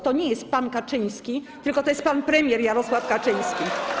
To nie jest pan Kaczyński, tylko to jest pan premier Jarosław Kaczyński.